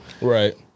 Right